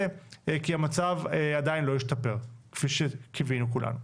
כי המצב עדיין לא השתפר כפי שקיווינו כולנו?